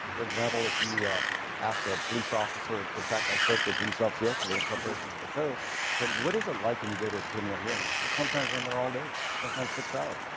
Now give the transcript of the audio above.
for example, if you ask a police officer in fact, i spoke to a police officer yesterday in preparation for the said, what is it like when you go to a preliminary hearing? he said, sometimes i'm there all day, sometimes six hours.